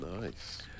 nice